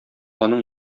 аның